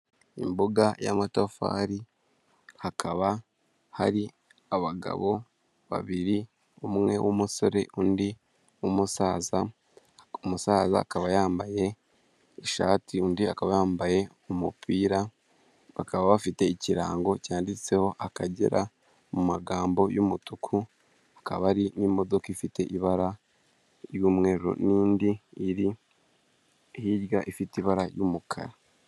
Imbuga y'amatafari, hakaba hari abagabo babiri, umwe w'umusore undi w'umusaza, umusaza akaba yambaye ishati undi akaba yambaye umupira, bakaba bafite ikirango cyanditseho Akagera mu magambo y'umutuku, hakaba hari n'imodoka ifite ibara ry'umweru n'indi iri hirya ifite ibara ry'umukara.